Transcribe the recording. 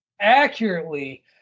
accurately